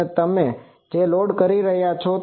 અને તમે આ જેમ લોડ કરી રહ્યાં છો